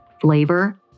flavor